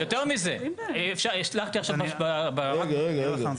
יותר מזה --- רגע, רגע.